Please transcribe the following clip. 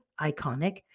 iconic